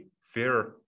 fair